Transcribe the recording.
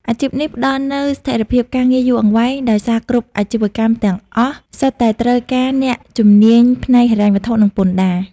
អាជីពនេះផ្តល់នូវស្ថិរភាពការងារយូរអង្វែង ដោយសារគ្រប់អាជីវកម្មទាំងអស់សុទ្ធតែត្រូវការអ្នកជំនាញផ្នែកហិរញ្ញវត្ថុ និងពន្ធដារ។